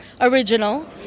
original